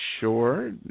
Sure